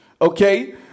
okay